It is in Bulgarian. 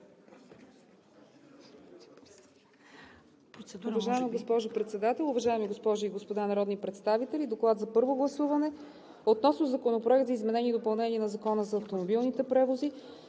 Уважаема госпожо Председател, уважаеми госпожи и господа народни представители! „ДОКЛАД за първо гласуване относно Законопроект за изменение и допълнение на Закона за автомобилните превози,